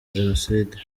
jenoside